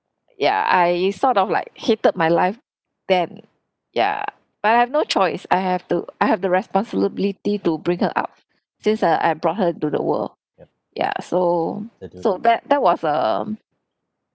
yeah I sort of like hated my life then ya but I've no choice I have to I have the responsibility to bring her up since uh I brought her to the world ya so so that that was um